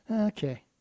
Okay